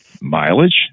mileage